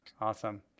Awesome